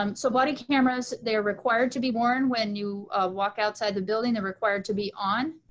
um so body cameras, they're required to be worn when you walk outside the building, they're required to be on.